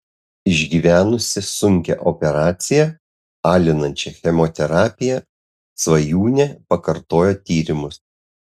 išgyvenusi sunkią operaciją alinančią chemoterapiją svajūnė pakartojo tyrimus